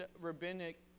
rabbinic